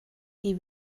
die